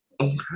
Okay